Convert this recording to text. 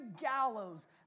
gallows